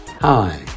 Hi